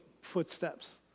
footsteps